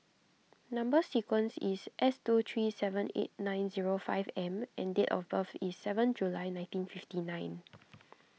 Number Sequence is S two three seven eight nine zero five M and date of birth is seven July nineteen fifty nine